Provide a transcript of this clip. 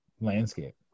landscape